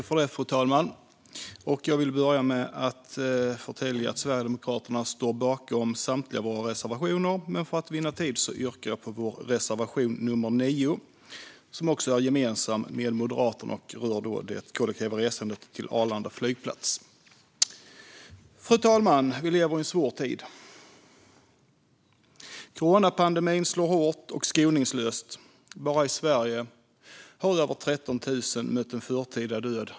Fru talman! Jag börjar med att förtälja att Sverigedemokraterna står bakom samtliga våra reservationer, men för att vinna tid yrkar jag bifall endast till vår reservation 9, som är gemensam med Moderaterna och rör det kollektiva resandet till Arlanda flygplats. Fru talman! Vi lever i en svår tid. Coronapandemin slår hårt och skoningslöst. Bara i Sverige har över 13 000 mött en förtida död.